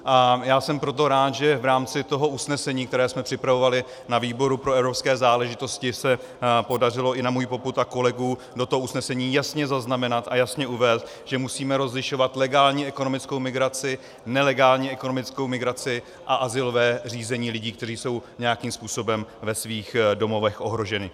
A já jsem proto rád, že v rámci toho usnesení, které jsme připravovali na výboru pro evropské záležitosti, se podařilo i na můj popud a kolegů do toho usnesení jasně zaznamenat a jasně uvést, že musíme rozlišovat legální ekonomickou migraci, nelegální ekonomickou migraci a azylové řízení lidí, kteří jsou nějakým způsobem ve svých domovech ohroženi.